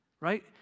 right